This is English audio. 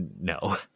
no